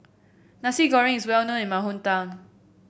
Nasi Goreng is well known in my hometown